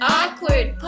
awkward